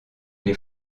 les